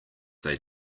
they